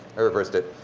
i reversed it.